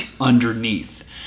underneath